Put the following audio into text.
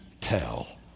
tell